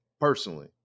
Personally